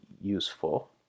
useful